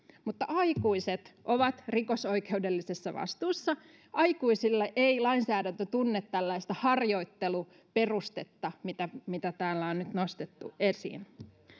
mutta aikuiset ovat rikosoikeudellisessa vastuussa aikuisilla ei lainsäädäntö tunne tällaista harjoitteluperustetta mitä täällä on nyt nostettu esiin